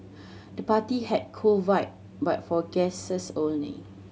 the party had cool vibe but for guests only